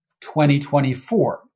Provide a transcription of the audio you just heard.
2024